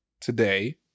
today